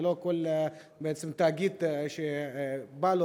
ולא שכל תאגיד שבא לו,